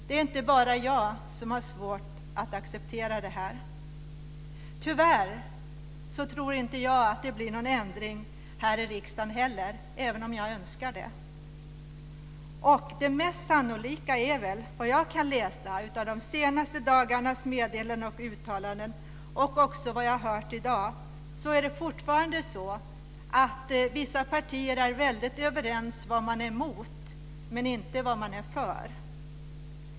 Det är inte bara jag som har svårt att acceptera det. Tyvärr tror inte jag att det blir någon ändring här i riksdagen heller, även om jag önskar det. Det mest sannolika är väl, enligt vad jag kan läsa av de senaste dagarnas meddelanden och uttalanden och vad jag har hört i dag, att vissa partier fortfarande är väldigt överens om vad man är emot men inte om vad man är för.